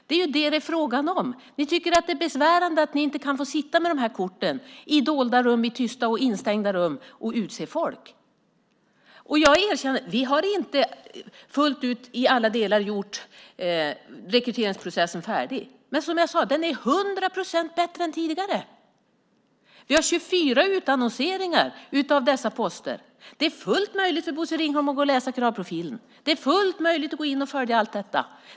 Vad det är fråga om är att ni tycker att det är besvärande att ni inte kan få sitta med korten i dolda, tysta och instängda rum och utse folk. Jag erkänner att vi inte fullt ut och i alla delar gjort rekryteringsprocessen färdig. Men som jag sade är den hundra procent bättre än den tidigare. Vi har 24 utannonseringar av dessa poster. Det är fullt möjligt för Bosse Ringholm att läsa kravprofilen. Det är fullt möjligt att gå in och följa allt detta.